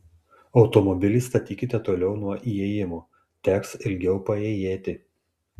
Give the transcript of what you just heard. automobilį statykite toliau nuo įėjimo teks ilgiau paėjėti